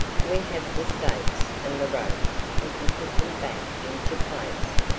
we have the stakes and the rope and can put them back into place.